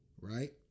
Right